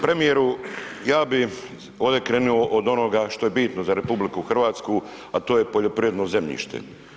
Premijeru, ja bi ovde krenuo od onoga što je bitno za RH, a to je poljoprivredno zemljište.